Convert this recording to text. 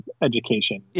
education